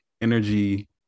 energy